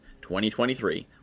2023